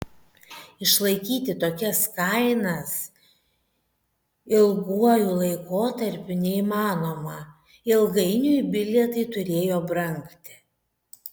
išlaikyti tokias kainas ilguoju laikotarpiu neįmanoma ilgainiui bilietai turėjo brangti